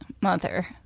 mother